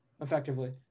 effectively